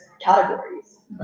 categories